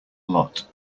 lot